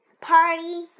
Party